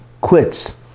quits